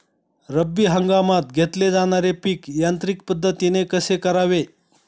रब्बी हंगामात घेतले जाणारे पीक यांत्रिक पद्धतीने कसे करावे?